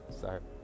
sorry